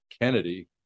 Kennedy